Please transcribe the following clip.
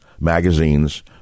magazines